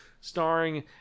starring